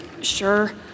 Sure